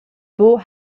buca